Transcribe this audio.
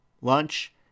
lunch